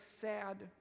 sad